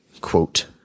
quote